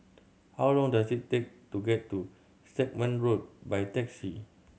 how long does it take to get to Stagmont Road by taxi